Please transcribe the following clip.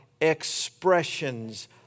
expressions